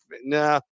nah